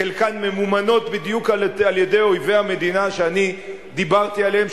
בחלקן ממומנות בדיוק על-ידי אויבי המדינה שאני דיברתי עליהם,